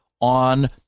on